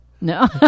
No